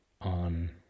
on